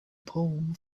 poem